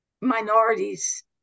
minorities